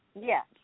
Yes